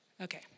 Okay